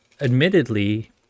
admittedly